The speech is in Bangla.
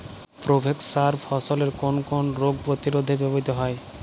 প্রোভেক্স সার ফসলের কোন কোন রোগ প্রতিরোধে ব্যবহৃত হয়?